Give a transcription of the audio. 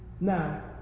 Now